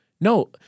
No